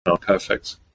Perfect